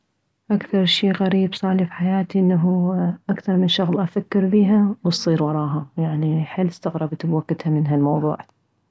اكثر شي صارلي غريب صارلي بحياتي انه اكثر من شغلة افكر بيها وتصير وراها يعني حيل استغربت بوكتها من الموضوع